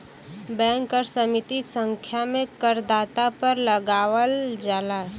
bank कर सीमित संख्या में करदाता पर लगावल जाला